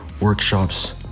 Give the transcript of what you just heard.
workshops